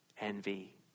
envy